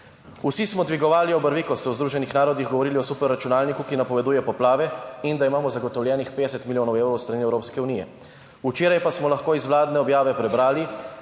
Vsi smo dvigovali obrvi, ko ste v Združenih narodih govorili o superračunalniku, ki napoveduje poplave, in da imamo zagotovljenih 50 milijonov evrov s strani Evropske unije. Včeraj pa smo lahko iz vladne objave prebrali,